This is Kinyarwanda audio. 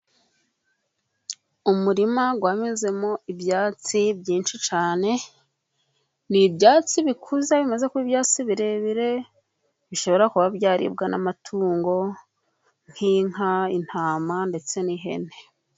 Umurima wamezemo ibyatsi byinshi cyane. Ni ibyatsi bikuze bimaze kuba ibyatsi birebire bishobora kuba byaribwa n'amatungo nk'inkatama ndetse n'ihene.